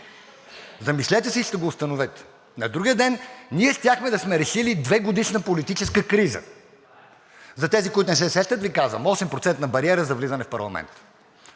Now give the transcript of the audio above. замислете се и го установете. На другия ден щяхме да сме решили двегодишна политическа криза, а за тези, които не се сещат, Ви казвам – осемпроцентна бариера за влизане в парламента.